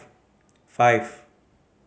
five